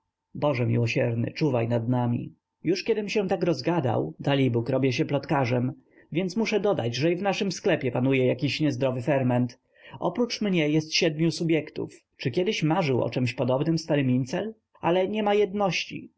boże miłosierny czuwaj nad nami już kiedym się tak rozgadał dalibóg robię się plotkarzem więc muszę dodać że i w naszym sklepie panuje jakiś niezdrowy ferment oprócz mnie jest siedmiu subjektów czy kiedy marzył o czemś podobnem stary mincel ale niema jedności